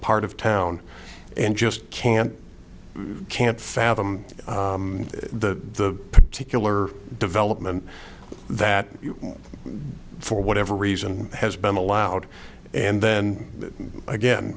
part of town and just can't can't fathom the particular development that for whatever reason has been allowed and then again